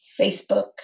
Facebook